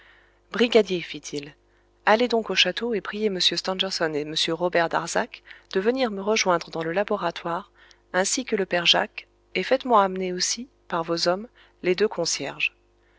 brigadier dit-il allez donc au château et priez m stangerson et m robert darzac de venir me rejoindre dans le laboratoire ainsi que le père jacques et faites-moi amener aussi par vos hommes les deux concierges